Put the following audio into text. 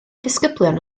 disgyblion